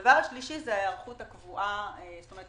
הדבר השלישי זה ההיערכות הקבועה, זאת אומרת